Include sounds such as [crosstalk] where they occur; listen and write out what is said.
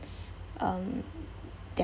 [breath] um